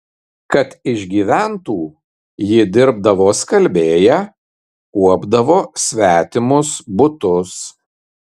kad išgyventų ji dirbdavo skalbėja kuopdavo svetimus butus